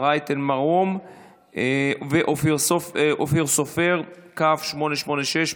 רייטן מרום ואופיר סופר, כ/886,